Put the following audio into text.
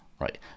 right